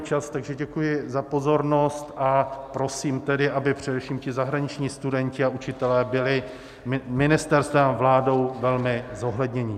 Vypršel mi čas, takže děkuji za pozornost a prosím tedy, aby především ti zahraniční studenti a učitelé byli ministerstvem a vládou velmi zohledněni.